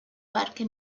parque